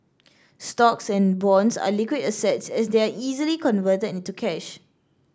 stocks and bonds are liquid assets as they are easily converted into cash